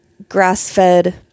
grass-fed